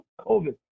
COVID